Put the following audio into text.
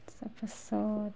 তাৰপাছত